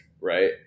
right